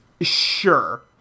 Sure